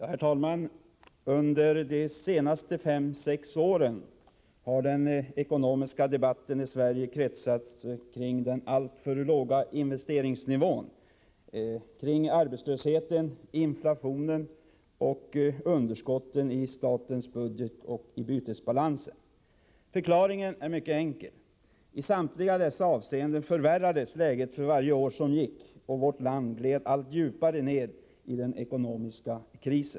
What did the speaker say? Herr talman! Under de senaste fem sex åren har den ekonomiska debatten i Sverige kretsat kring den alltför låga investeringsnivån, kring arbetslösheten, inflationen och underskotten i statens budget och i bytesbalansen. Förklaringen är mycket enkel: i samtliga dessa avseenden förvärrades tidigare läget för varje år som gick, och vårt land gled allt djupare ned i den ekonomiska krisen.